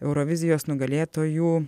eurovizijos nugalėtojų